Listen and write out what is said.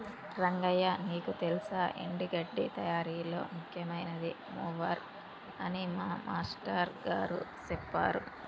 రంగయ్య నీకు తెల్సా ఎండి గడ్డి తయారీలో ముఖ్యమైనది మూవర్ అని మా మాష్టారు గారు సెప్పారు